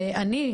אני,